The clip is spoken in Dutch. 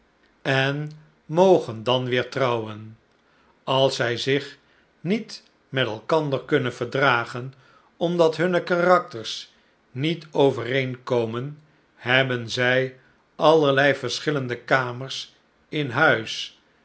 en mogen dan weer trouwen als zij zich niet met elkander kunnen verdragen omdat hunne karakters niet overeenkomen hebben zij allerlei verschillende kamers in huis